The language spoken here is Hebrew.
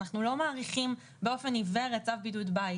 אנחנו לא מאריכים באופן עיוור את צו בידוד בית.